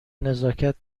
نزاکت